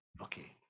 okay